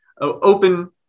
open